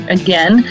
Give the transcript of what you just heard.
again